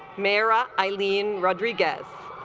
mara eileen rodriguez